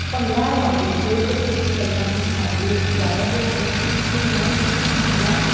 bhangra aerobic ਹੋਰ ਕਸਰਤ ਵਿਕਲਪਾਂ ਦੇ ਮੁਕਾਬਲੇ ਜ਼ਿਆਦਾ ਦਿਲਚਸਪ ਇਸ ਲਈ ਹੈ ਕਿਉਂਕਿ ਭੰਗੜਾ